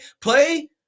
play